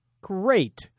Great